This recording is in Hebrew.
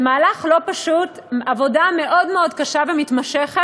זה מהלך לא פשוט, עבודה מאוד מאוד קשה ומתמשכת.